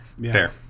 Fair